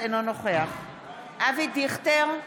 אינו נוכח אבי דיכטר,